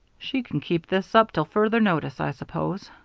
she can keep this up till further notice, i suppose,